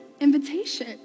invitation